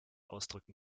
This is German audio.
ausdrücken